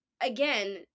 again